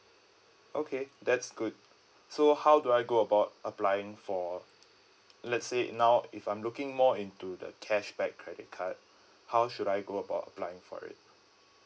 okay that's good so how do I go about applying for let's say now if I'm looking more into the cashback credit card how should I go about applying for it